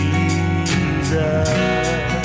Jesus